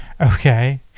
Okay